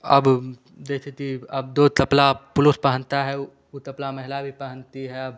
अब दैसे ति अब दो तपला पुलुस पहनता है उ उ तपला महिला भी पहनती है अब